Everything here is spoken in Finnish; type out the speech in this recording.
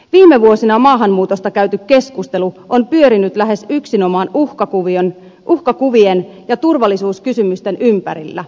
viime vuosina maahanmuutosta käyty keskustelu on pyörinyt lähes yksinomaan uhkakuvien ja turvallisuuskysymysten ympärillä